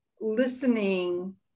listening